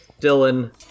Dylan